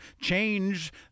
change